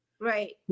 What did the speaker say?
Right